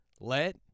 Let